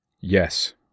Yes